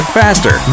faster